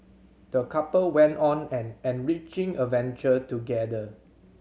the couple went on an enriching adventure together